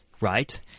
right